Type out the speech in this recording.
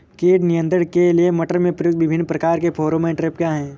कीट नियंत्रण के लिए मटर में प्रयुक्त विभिन्न प्रकार के फेरोमोन ट्रैप क्या है?